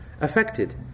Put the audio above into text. affected